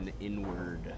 inward